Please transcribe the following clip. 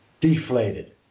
deflated